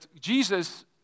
Jesus